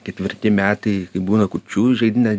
ketvirti metai kai būna kurčiųjų žaidynė